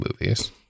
movies